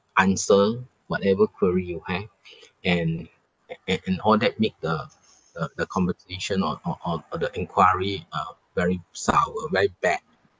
answer whatever query you have and a~ and all that make the the the conversation or or or the inquiry uh very sour very bad